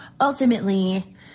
ultimately